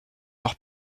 leurs